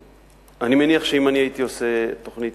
אני מניח שאם אני הייתי עושה תוכנית,